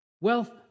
Wealth